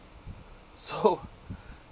so